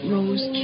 Rose